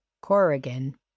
Corrigan